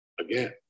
Again